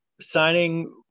signing